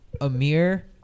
Amir